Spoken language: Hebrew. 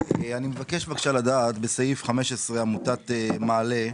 לדעת בסעיף 15, עמותת מעלה,